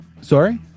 Sorry